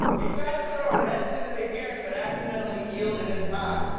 he tried to throw a wrench into the hearing but accidentally yielded his time.